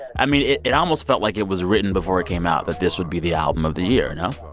i mean, it it almost felt like it was written before it came out that this would be the album of the year, no?